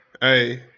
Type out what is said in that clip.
Hey